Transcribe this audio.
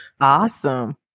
awesome